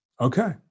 Okay